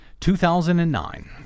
2009